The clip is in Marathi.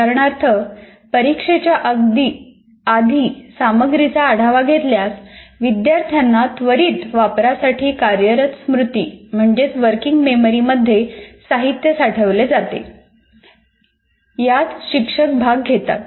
उदाहरणार्थ परीक्षेच्या अगदी आधी सामग्रीचा आढावा घेतल्यास विद्यार्थ्यांना त्वरित वापरासाठी वर्किंग मेमरी मध्ये साहित्य साठवले जाते यात शिक्षक भाग घेतात